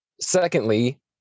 secondly